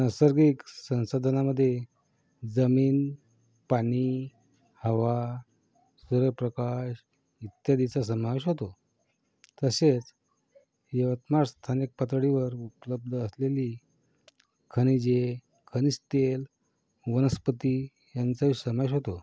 नैसर्गिक संसाधनामध्ये जमीन पाणी हवा सूर्यप्रकाश इत्यादीचा समावेश होतो तसेच यवतमाळ स्थानिक पातळीवर उपलब्ध असलेली खनिजे खनिजतेल वनस्पती यांचाही समावेश होतो